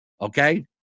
okay